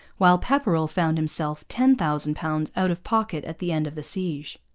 while pepperrell found himself ten thousand pounds out of pocket at the end of the siege.